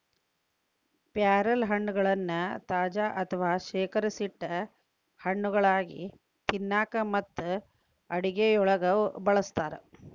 ಪ್ಯಾರಲಹಣ್ಣಗಳನ್ನ ತಾಜಾ ಅಥವಾ ಶೇಖರಿಸಿಟ್ಟ ಹಣ್ಣುಗಳಾಗಿ ತಿನ್ನಾಕ ಮತ್ತು ಅಡುಗೆಯೊಳಗ ಬಳಸ್ತಾರ